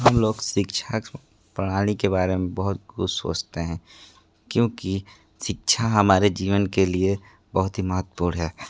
हम लोग शिक्षा प्रणाली के बारे में बहुत कुछ सोचते हैं क्योंकि शिक्षा हमारे जीवन के लिए बहुत ही महत्वपूर्ण है